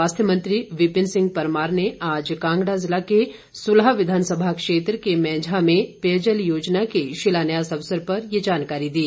स्वास्थ्य मंत्री विपिन सिंह परमार ने आज कांगड़ा जिला के सुलह विधानसभा क्षेत्र के मैंझा में पेयजल योजना के शिलान्यास अवसर पर ये जानकारी दी